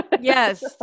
yes